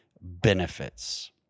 benefits